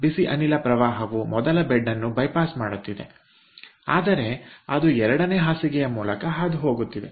ಬಿಸಿ ಅನಿಲ ಪ್ರವಾಹವು ಮೊದಲ ಬೆಡ್ ಅನ್ನು ಬೈಪಾಸ್ ಮಾಡುತ್ತಿದೆ ಆದರೆ ಅದು ಎರಡನೇ ಬೆಡ್ ನ ಮೂಲಕ ಹಾದುಹೋಗುತ್ತಿದೆ